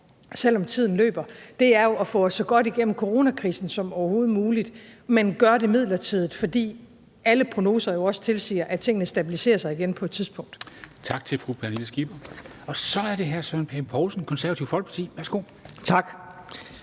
selv om tiden løber, er jo at få os så godt igennem coronakrisen som overhovedet muligt, men gøre det midlertidigt, fordi alle prognoser jo også tilsiger, at tingene stabiliserer sig igen på et tidspunkt. Kl. 13:49 Formanden (Henrik Dam Kristensen): Tak til fru Pernille Skipper. Så er det hr. Søren Pape Poulsen, Det Konservative Folkeparti. Værsgo. Kl.